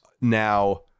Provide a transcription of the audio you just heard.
now